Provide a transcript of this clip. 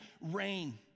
reign